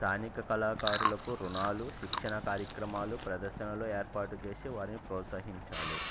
స్థానిక కళాకారులకు రుణాలు శిక్షణ కార్యక్రమాలు ప్రదర్శనలు ఏర్పాటు చేసి వారిని ప్రోత్సహించాలి